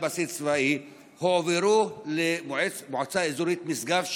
שלידן בסיס צבאי הועברו למועצה אזורית משגב,